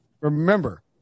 remember